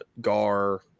gar